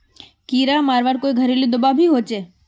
कीड़ा मरवार कोई घरेलू दाबा भी होचए?